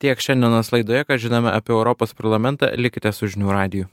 tiek šiandienos laidoje ką žinome apie europos parlamentą likite su žinių radiju